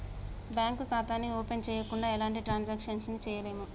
bank ఖాతాని open చెయ్యకుండా ఎలాంటి ట్రాన్సాక్షన్స్ ని చెయ్యలేము